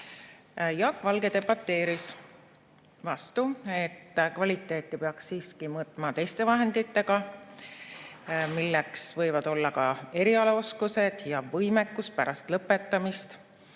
Jaak Valge debateeris vastu, et kvaliteeti peaks mõõtma siiski teiste vahenditega, milleks võivad olla ka erialaoskused ja võimekus pärast lõpetamist.